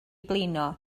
blino